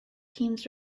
teams